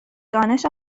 دانش